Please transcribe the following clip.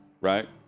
Right